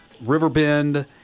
Riverbend